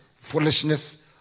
Foolishness